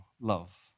love